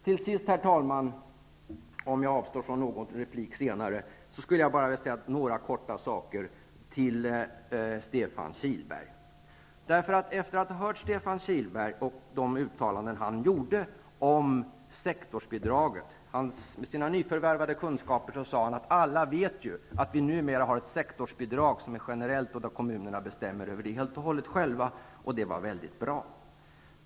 Till sist, herr talman, vill jag -- jag avstår från någon replik senare -- kort säga följande till Stefan Kihlberg efter att ha hört de uttalanden Stefan Kihlberg gjorde om sektorsbidraget. Med sina nyförvärvade kunskaper sade han: Alla vet ju att vi numera har ett generellt sektorsbidrag som kommunerna bestämmer över helt och hållet själva, och det är mycket bra.